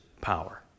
power